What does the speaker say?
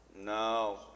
No